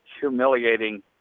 humiliating